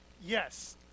Yes